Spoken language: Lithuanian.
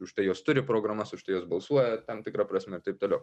užtai jos turi programas užtai jos balsuoja tam tikra prasme ir taip toliau